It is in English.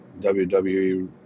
WWE